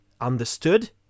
Understood